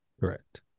Correct